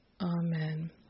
Amen